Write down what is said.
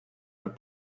but